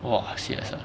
!wah! serious ah